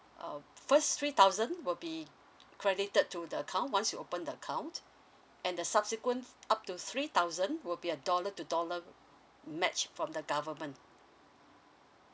um first three thousand would be credited to the account once you open the account and the subsequent up to three thousand would be a dollar to dollar match from the government